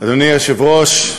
אדוני היושב-ראש,